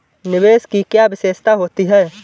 निवेश की क्या विशेषता होती है?